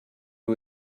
who